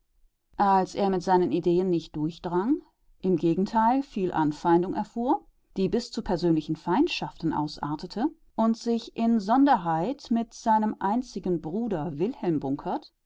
als er mit seinen ideen nicht durchdrang im gegenteil viel anfeindung erfuhr die bis zu persönlichen feindschaften ausartete und sich insonderheit mit seinem einzigen bruder wilhelm